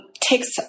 takes